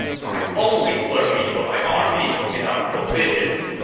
my only worry for my army is our provisions.